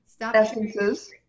essences